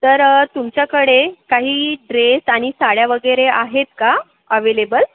तर तुमच्याकडे काही ड्रेस आणि साड्या वगैरे आहेत का अवेलेबल